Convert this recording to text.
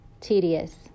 tedious